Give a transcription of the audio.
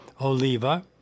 Oliva